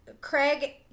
Craig